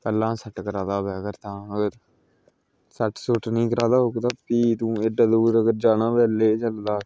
पैहलां set करा दा होवे अगर अगर सेट सुट नी कराए दा होऐ अगर ते फ्ही तूं एड्डा दूर जेकर जाना होवे लेह जां लद्दाख